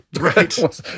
Right